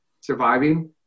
surviving